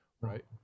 right